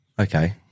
okay